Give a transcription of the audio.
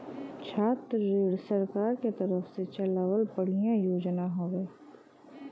छात्र ऋण सरकार के तरफ से चलावल बढ़िया योजना हौवे